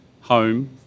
home